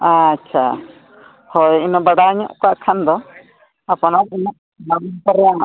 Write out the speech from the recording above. ᱟᱪᱪᱷᱟ ᱦᱳᱭ ᱤᱱᱟᱹ ᱵᱟᱰᱟᱭ ᱧᱚᱜ ᱠᱟᱜ ᱠᱷᱟᱱ ᱫᱚ ᱠᱳᱱᱳ ᱫᱤᱱᱚ ᱵᱟᱢ ᱦᱟᱨᱭᱟᱱᱚᱜᱼᱟ